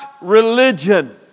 religion